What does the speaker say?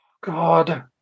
God